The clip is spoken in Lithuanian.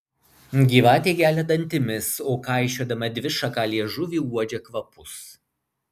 gyvatė gelia dantimis o kaišiodama dvišaką liežuvį uodžia kvapus